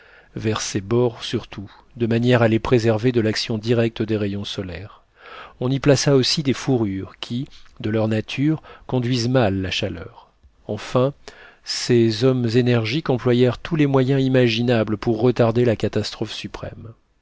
vers ses bords surtout de manière à les préserver de l'action directe des rayons solaires on y plaça aussi des fourrures qui de leur nature conduisent mal la chaleur enfin ces hommes énergiques employèrent tous les moyens imaginables pour retarder la catastrophe suprême